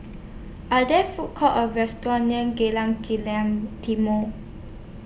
Are There Food Courts Or restaurants near Jalan Kilang Timor